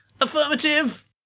Affirmative